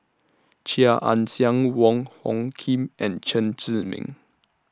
Chia Ann Siang Wong Hung Khim and Chen Zhiming